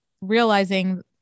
realizing